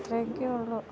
അത്രയൊക്കെയുള്ളൂ